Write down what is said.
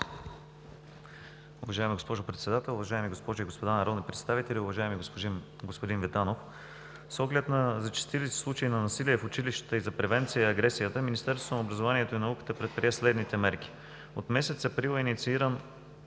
Уважаема госпожо Председател, уважаеми госпожи и господа народни представители, уважаеми господин Витанов! С оглед на зачестилите случаи на насилие в училищата и за превенция на агресията Министерството на образованието и науката предприе следните мерки. От месец април е иницииран